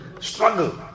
struggle